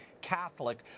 Catholic